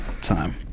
Time